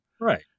Right